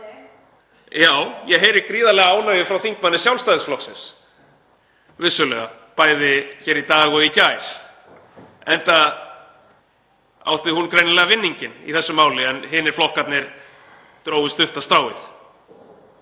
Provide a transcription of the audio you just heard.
Já, ég heyri gríðarlega ánægju frá þingmanni Sjálfstæðisflokksins, vissulega, bæði hér í dag og í gær, enda átti hún greinilega vinninginn í þessu máli en hinir flokkarnir drógu stutta stráið.